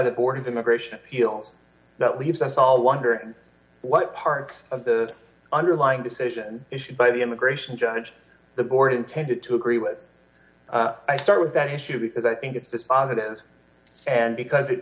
the board of immigration heels that leaves us all wonder what parts of the underlying decision issued by the immigration judge the board intended to agree would i start with that issue because i think it's dispositive and because it